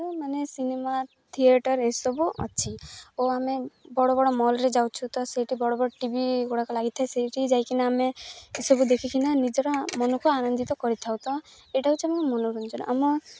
ମାନେ cinema theatre ଏସବୁ ଅଛି ଓ ଆମେ ବଡ଼ ବଡ଼ ମଲରେ ଯାଉଛୁ ତ ସେଇଠି ବଡ଼ ବଡ଼ ଟି ଭି ଗୁଡ଼ାକ ଲାଗିଥାଏ ସେଇଠି ଯାଇକିନା ଆମେ ଏସବୁ ଦେଖିକିନା ନିଜର ମନକୁ ଆନନ୍ଦିତ କରି ଥାଉ ତ ଏଇଟା ହେଉଛି ଆମ ମନୋରଞ୍ଜନ ଆମ